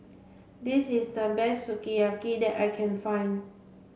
this is the best Sukiyaki that I can find